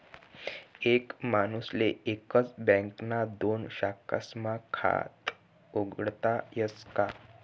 एक माणूसले एकच बँकना दोन शाखास्मा खातं उघाडता यस का?